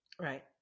Right